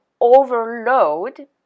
overload